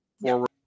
forward